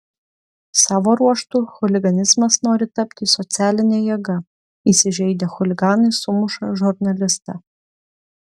savo ruožtu chuliganizmas nori tapti socialine jėga įsižeidę chuliganai sumuša žurnalistą